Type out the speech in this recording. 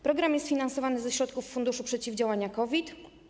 Program jest finansowany ze środków funduszu przeciwdziałania COVID.